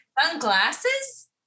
Sunglasses